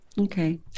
Okay